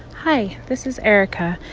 hi, this is erika.